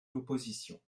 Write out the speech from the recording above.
l’opposition